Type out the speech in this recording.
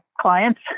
clients